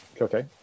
Okay